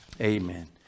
amen